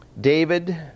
David